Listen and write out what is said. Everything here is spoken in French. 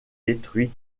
détruit